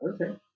Okay